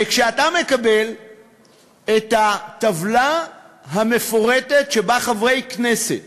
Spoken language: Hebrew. וכשאתה מקבל את הטבלה המפורטת, שבה חברי כנסת